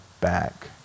back